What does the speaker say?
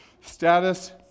Status